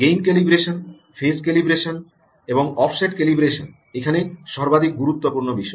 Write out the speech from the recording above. gain calibration phase calibration এবং offset calibration এখানে সর্বাধিক গুরুত্বপূর্ণ বিষয়